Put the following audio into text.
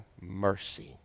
mercy